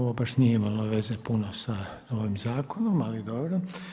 Ovo baš nije imalo veze puno sa ovim zakonom ali dobro.